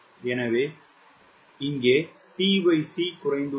எனவே இங்கே tc குறைந்துள்ளது